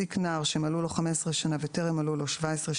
המעסיק נער שמלאו לו חמש עשרה שנה וטרם מלאו לו שבע עשרה